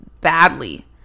Badly